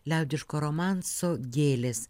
liaudiško romanso gėlės